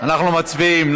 אנחנו מצביעים.